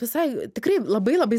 visai tikrai labai labai